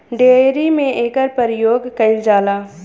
dairy में एकर परियोग कईल जाला